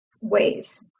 ways